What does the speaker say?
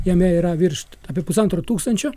jame yra viršt apie pusantro tūkstančio